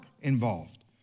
involved